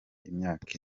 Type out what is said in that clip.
imyaka